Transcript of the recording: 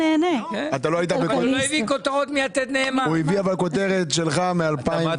מה נעשה בדיוק כדי להגיע לכל ספציפיקציה